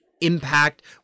impact